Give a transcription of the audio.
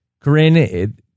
Corinne